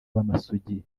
b’amasugi